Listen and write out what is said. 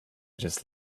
just